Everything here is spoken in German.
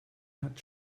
hat